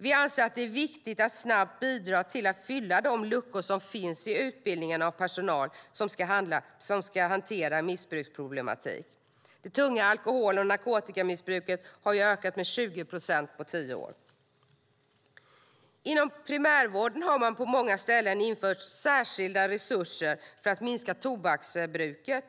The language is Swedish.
Vi anser att det är viktigt att snabbt bidra till att fylla de luckor som finns i utbildningen av personal som ska hantera missbruksproblematik. Det tunga alkohol och narkotikamissbruket har ökat med 20 procent på tio år. Inom primärvården har man på många ställen infört särskilda resurser för att minska tobaksbruket.